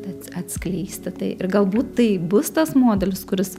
tad atskleisti tai ir galbūt tai bus tas modelis kuris